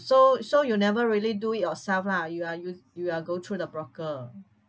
so so you never really do it yourself lah you are use you uh go through the broker